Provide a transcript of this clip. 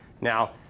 Now